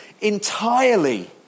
entirely